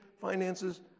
finances